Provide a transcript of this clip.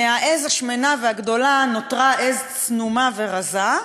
מהעז השמנה והגדולה נותרה עז צנומה ורזה,